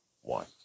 one